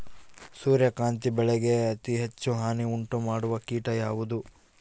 ಸೂರ್ಯಕಾಂತಿ ಬೆಳೆಗೆ ಅತೇ ಹೆಚ್ಚು ಹಾನಿ ಉಂಟು ಮಾಡುವ ಕೇಟ ಯಾವುದು?